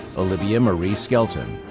olivia marie skelton.